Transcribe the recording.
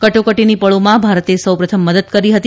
કટોકટીની પળોમાં ભારતે સૌપ્રથમ મદદ કરી હતી